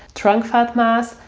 trunk fat mass,